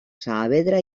saavedra